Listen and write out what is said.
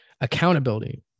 Accountability